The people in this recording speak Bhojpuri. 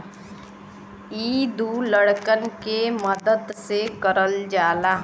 इ दू लड़कन के मदद से करल जाला